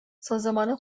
سازمان